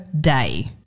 day